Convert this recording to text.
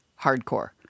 hardcore